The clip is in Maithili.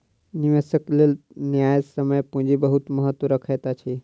निवेशकक लेल न्यायसम्य पूंजी बहुत महत्त्व रखैत अछि